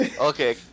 Okay